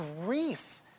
grief